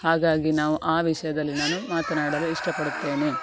ಹಾಗಾಗಿ ನಾವು ಆ ವಿಷಯದಲ್ಲಿ ನಾನು ಮಾತನಾಡಲು ಇಷ್ಟಪಡುತ್ತೇನೆ